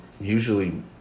usually